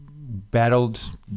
battled